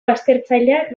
baztertzaileak